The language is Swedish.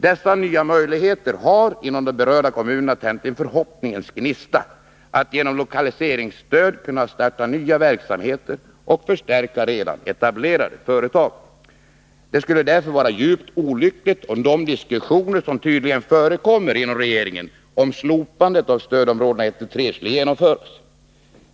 Dessa nya möjligheter har inom de berörda kommunerna tänt en förhoppningens gnista, att genom lokalise ringsstöd kunna starta nya verksamheter och förstärka redan etablerade företag. Det skulle därför vara djupt olyckligt om de diskussioner som tydligen förekommer inom regeringen om slopandet av stödområdena 1-3 skulle genomföras.